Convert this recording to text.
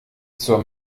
zur